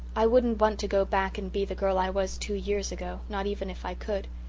i wouldn't want to go back and be the girl i was two years ago, not even if i could.